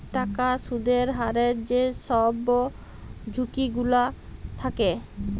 টাকার সুদের হারের যে ছব ঝুঁকি গিলা থ্যাকে